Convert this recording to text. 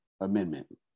amendment